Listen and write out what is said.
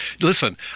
listen